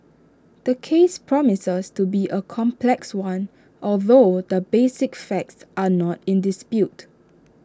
the case promises to be A complex one although the basic facts are not in dispute